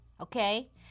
Okay